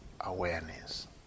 awareness